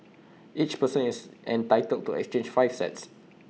each person is entitled to exchange five sets